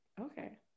Okay